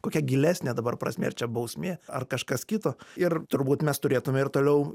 kokia gilesnė dabar prasmė ar čia bausmė ar kažkas kito ir turbūt mes turėtume ir toliau